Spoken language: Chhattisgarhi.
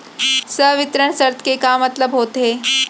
संवितरण शर्त के का मतलब होथे?